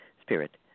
spirit